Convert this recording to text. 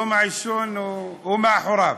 העישון מאחוריו.